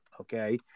Okay